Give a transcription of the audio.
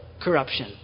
corruption